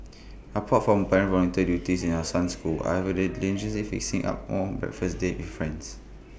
apart from parent volunteer duties in our son's school I would diligently fixing up more breakfast dates with friends